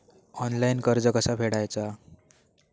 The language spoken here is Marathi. ऑनलाइन कर्ज कसा फेडायचा?